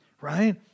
right